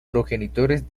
progenitores